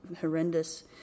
horrendous